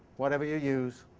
whatever you use.